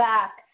Back